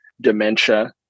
dementia